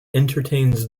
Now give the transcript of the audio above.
entertains